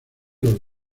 los